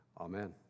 Amen